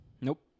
Nope